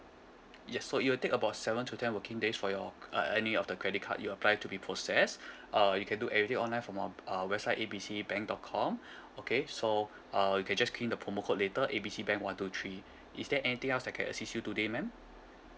yes so it will take about seven to ten working days for your c~ uh any of the credit card you apply to be processed uh you can do everything online from our uh website A B C bank dot com okay so uh you can just key in the promo code later A B C bank one two three is there anything else I can assist you today ma'am